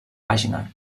pàgina